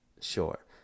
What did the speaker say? Sure